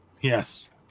yes